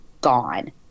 gone